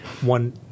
one